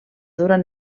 durant